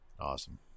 Awesome